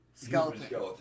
Skeleton